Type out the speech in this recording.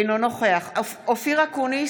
אינו נוכח אופיר אקוניס,